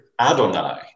Adonai